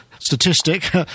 statistic